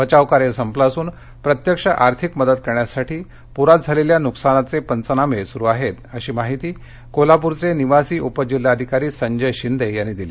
बचाव कार्य संपलं असून प्रत्यक्ष आर्थिक मदत करण्यासाठी पुरात झालेल्या नुकसानांचे पंचनामे सुरु आहेतअशी माहिती कोल्हापूरचे निवासी उप जिल्हाधिकारी संजय शिंदे यांनी दिली